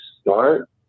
start